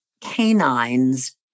canines